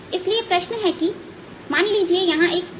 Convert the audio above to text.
इसलिए प्रश्न है कि मान लीजिए यहां 1 स्क्वायर पल्स है